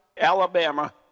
Alabama